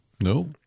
No